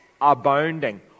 Abounding